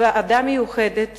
ועדה מיוחדת